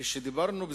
כשדיברנו,